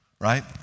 right